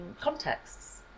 contexts